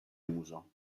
uso